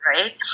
Right